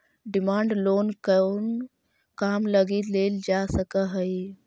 Demand loan कउन काम लगी लेल जा सकऽ हइ?